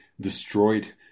destroyed